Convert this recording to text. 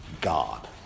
God